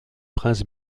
prince